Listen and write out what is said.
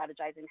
strategizing